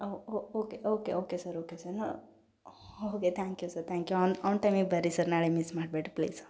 O oh okay okay okay sir okay sir okay thank you sir thank you on on ಟೈಮಿಗೆ ಬರ್ರಿ ಸರ್ ನಾಳೆ miss ಮಾಡ್ಬ್ಯಾಡ್ರಿ please